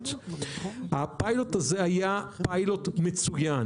הפיילוט הזה היה פיילוט מצוין.